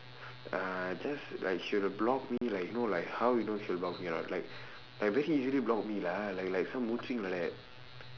uh just like she'll block me like know like you know like how she'll block me or not like like very easily block me lah like like some like that